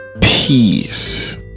peace